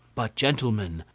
but, gentlemen,